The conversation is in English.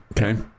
Okay